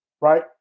Right